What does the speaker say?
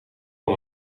van